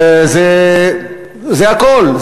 זה הכול.